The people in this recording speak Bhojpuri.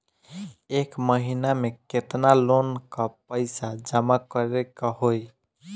एक महिना मे केतना लोन क पईसा जमा करे क होइ?